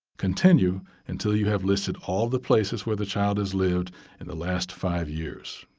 continue until you have listed all the places where the child has lived in the last five years.